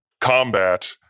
combat